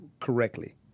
correctly